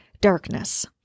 darkness